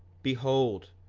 behold,